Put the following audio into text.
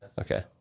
Okay